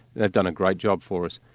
they've done a great job for us.